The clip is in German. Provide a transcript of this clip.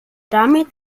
damit